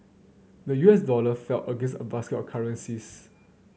the U S dollar fell against a basket of currencies